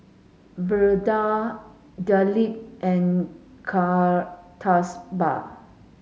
Birbal Dilip and Kasturba